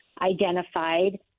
identified